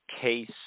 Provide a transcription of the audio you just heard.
case